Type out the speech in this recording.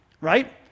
right